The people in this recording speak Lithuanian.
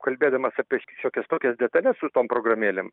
kalbėdamas apie šiokias tokias detales su tom programėlėm